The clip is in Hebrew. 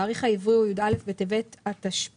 התאריך העברי הוא י"א בטבת התשפ"ו,